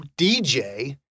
DJ